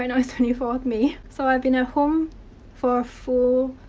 and it's twenty fourth may, so, i've been at home for a full.